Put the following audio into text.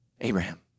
Abraham